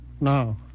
Now